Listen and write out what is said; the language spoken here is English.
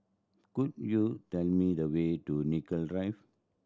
could you tell me the way to Nicoll Drive